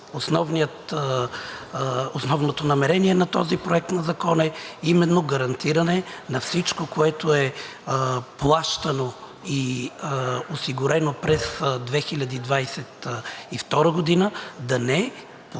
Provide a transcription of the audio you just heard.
Основното намерение на този проект на закон е именно гарантиране на всичко, което е плащано и осигурено през 2022 г., да не получи